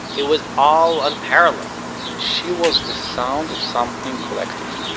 it was all unparalleled she was the sound of something collective.